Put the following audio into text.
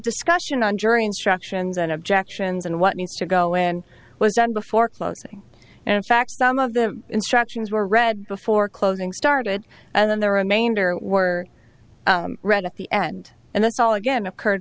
discussion on jury instructions on objections and what needs to go in was done before closing and in fact some of the instructions were read before closing started and then there are a manger were read at the end and that's all again occurred